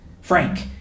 Frank